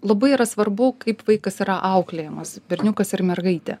labai yra svarbu kaip vaikas yra auklėjamas berniukas ir mergaitė